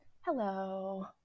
Hello